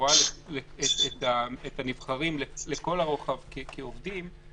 שרואה את הנבחרים לכל הרוחב כעובדים,